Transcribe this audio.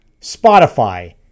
Spotify